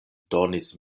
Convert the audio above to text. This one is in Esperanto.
donis